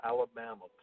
Alabama